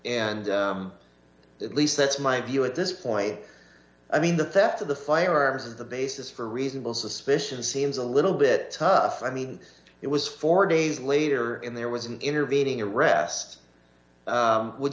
and at least that's my view at this point i mean the theft of the firearms as the basis for reasonable suspicion seems a little bit tough i mean it was four days later and there was an intervening arrest would